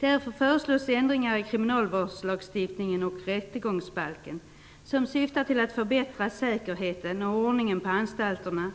Därför föreslås ändringar i kriminalvårdslagstiftningen och rättegångsbalken, som syftar till att förbättra säkerheten och ordningen på anstalterna